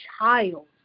child